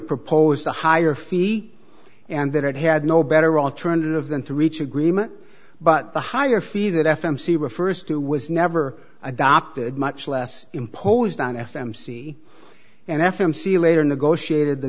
proposed a higher fee and that it had no better alternative than to reach agreement but the higher fee that f m c refers to was never adopted much less imposed on f m c and f m c later negotiated the